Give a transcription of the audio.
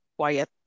quiet